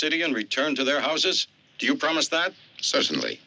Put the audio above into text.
city and return to their houses do you promise that certainly